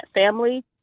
family